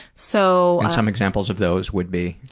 so and some examples of those would be?